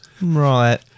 Right